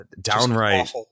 downright